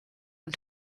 und